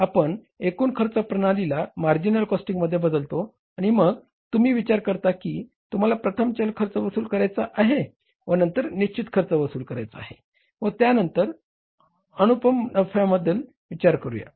आपण एकूण खर्च प्रणालीला मार्जिनल कॉस्टिंगमध्ये बदलतो आणि मग तुम्ही विचार करता की तुम्हाला प्रथम चल खर्च वसूल करायचा आहे व नंतर निश्चित खर्च वसूल करायचा आहे व त्यानंतर अनुपम नफ्याबद्दल विचार करूया